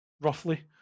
roughly